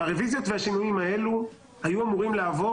הרוויזיות והשינויים האלה היו אמורים לעבור